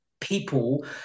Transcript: people